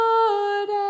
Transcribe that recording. Lord